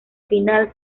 final